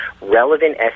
relevant